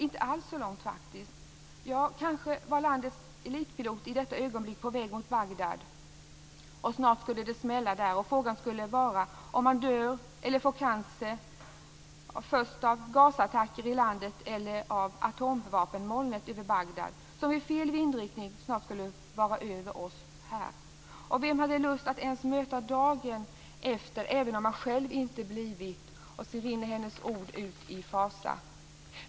Inte alls så långt faktiskt, ja, kanske var Landets elitpiloter i detta ögonblick på väg mot Bagdad och snart skulle det smälla där och frågan skulle vara vad man dör eller får cancer av först, gasattacken i landet eller atomvapenmolnet över Bagdad som vid fel vindriktning snart skulle kunna vara över oss här. Och vem hade lust att ens möta dagen efter även om man själv inte blivit -." Sedan rinner hennes ord ut i fasa.